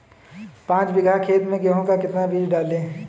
पाँच बीघा खेत में गेहूँ का कितना बीज डालें?